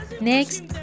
Next